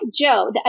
Joe